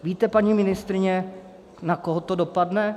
Víte, paní ministryně, na koho to dopadne?